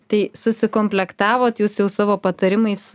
tai susikomplektavot jūs jau savo patarimais